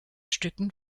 stücken